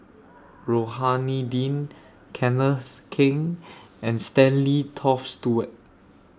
Rohani Din Kenneth Keng and Stanley Toft Stewart